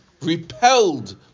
repelled